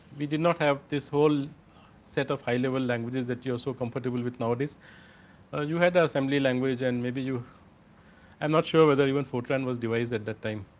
be did not have this whole set of high level language is that you are so comfortable, which nowadays a you had ah somely language. and maybe you, i am not sure whether even four time was devise at the time.